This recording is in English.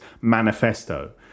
manifesto